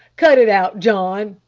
cut it out, john!